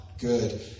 good